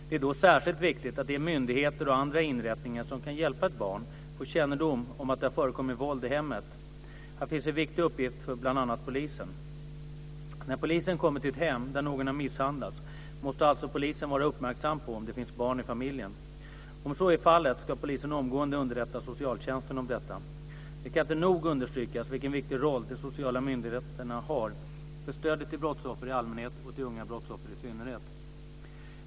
Det är då särskilt viktigt att de myndigheter och andra inrättningar som kan hjälpa ett barn får kännedom om att det har förekommit våld i hemmet. Här finns en viktig uppgift för bl.a. polisen. När polisen kommer till ett hem där någon har misshandlats måste alltså polisen vara uppmärksam på om det finns barn i familjen. Om så är fallet ska polisen omgående underrätta socialtjänsten om detta. Det kan inte nog understrykas vilken viktig roll de sociala myndigheterna har för stödet till brottsoffer i allmänhet och till unga brottsoffer i synnerhet.